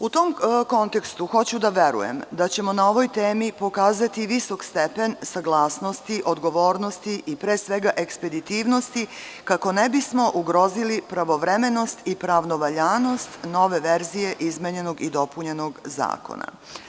U tom kontekstu, hoću da verujem da ćemo na ovoj temi pokazati visok stepen saglasnosti, odgovornosti i pre svega ekspeditivnosti, kako ne bismo ugrozili pravovremenost i pravnu valjanost nove verzije izmenjenog i dopunjenog zakona.